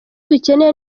dukeneye